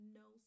no